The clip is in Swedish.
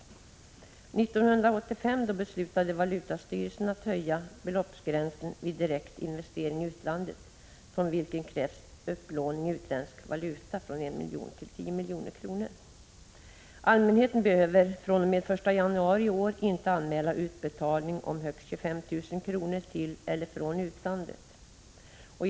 1985 beslutade valutastyrelsen att höja beloppsgränsen vid direktinvestering i utlandet för vilken krävs upplåning i utländsk valuta från 1 milj.kr. till 10 milj.kr. Allmänheten behöver fr.o.m. den 1 januari i år inte anmäla utbetalning om högst 25 000 kr. till eller från utlandet.